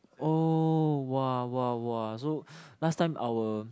oh !wah! !wah! !wah! so last time our